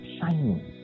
shining